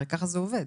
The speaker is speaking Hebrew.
הרי ככה זה עובד.